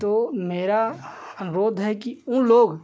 तो मेरा अनुरोध है कि उन लोग